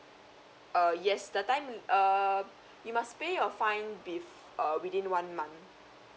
err yes the time err you must pay your fine bef~ uh within one month